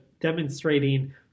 demonstrating